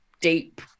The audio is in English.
deep